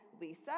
Lisa